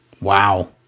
Wow